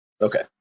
Okay